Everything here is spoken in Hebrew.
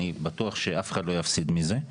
אני בטוח שאף אחד לא יפסיד מזה.